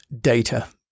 data